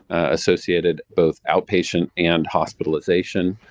associated both outpatient and hospitalization.